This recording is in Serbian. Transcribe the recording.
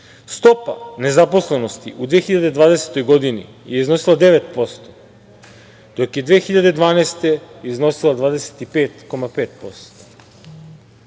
stopa nezaposlenosti u 2020. godini je iznosila 9%, dok je 2012. godine, iznosila 25,5%.Sam